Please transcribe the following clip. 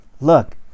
Look